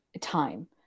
time